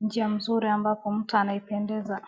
njia nzuri ambapo mtu anaipendeza.